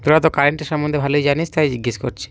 তোরা তো কারেন্টের সম্বন্ধে ভালোই জানিস তাই জিজ্ঞেস করছি